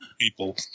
people